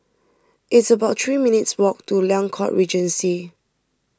it's about three minutes' walk to Liang Court Regency